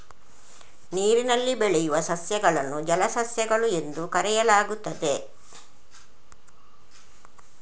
ನೀರಿನಲ್ಲಿ ಬೆಳೆಯುವ ಸಸ್ಯಗಳನ್ನು ಜಲಸಸ್ಯಗಳು ಎಂದು ಕರೆಯಲಾಗುತ್ತದೆ